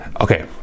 Okay